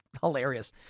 hilarious